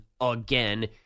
again